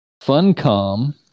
Funcom